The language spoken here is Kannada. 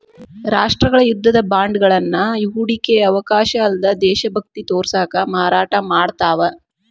ರಾಷ್ಟ್ರಗಳ ಯುದ್ಧದ ಬಾಂಡ್ಗಳನ್ನ ಹೂಡಿಕೆಯ ಅವಕಾಶ ಅಲ್ಲ್ದ ದೇಶಭಕ್ತಿ ತೋರ್ಸಕ ಮಾರಾಟ ಮಾಡ್ತಾವ